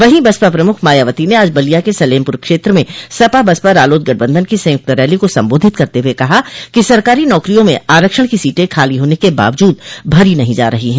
वहीं बसपा प्रमुख मायावती ने आज बलिया के सलमपुर क्षेत्र में सपा बसपा रालोद गठबंधन की संयुक्त रैली को संबोधित करते हुए कहा कि सरकारी नौकरियों में आरक्षण की सीटें खाली होने के बावजूद भरी नहीं जा रही है